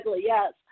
yes